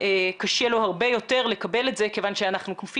קשה לו הרבה יותר לקבל את זה כיוון שכפי